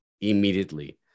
immediately